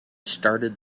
started